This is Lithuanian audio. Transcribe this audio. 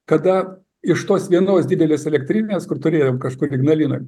kada iš tos vienos didelės elektrinės kur turėjom kažkokią ignalinoj